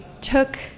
took